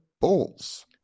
Balls